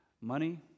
money